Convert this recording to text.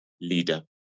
leader